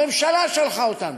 הממשלה שלחה אותנו.